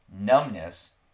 numbness